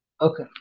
Okay